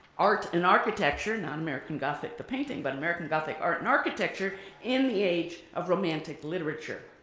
art and architecture, not american gothic the painting but american gothic art and architecture in the age of romantic literature,